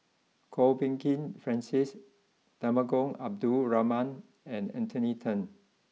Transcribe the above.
Kwok Peng Kin Francis Temenggong Abdul Rahman and Anthony then